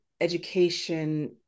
education